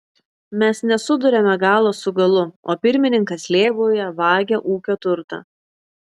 mes nesuduriame galo su galu o pirmininkas lėbauja vagia ūkio turtą